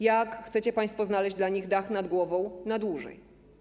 Jak chcecie państwo znaleźć dla nich dach nad głową na dłużej?